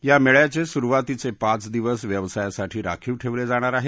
या मेळ्याचं सुरवातीचे पाच दिवस व्यवसायासाठी राखीव ठेवले जाणार आहेत